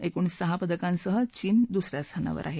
एकूण सहा पदकांसह चीन दुस या स्थानावर आहे